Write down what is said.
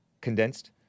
condensed